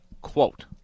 quote